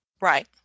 Right